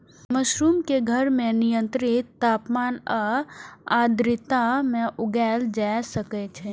mushroom कें घर मे नियंत्रित तापमान आ आर्द्रता मे उगाएल जा सकै छै